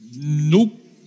Nope